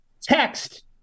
text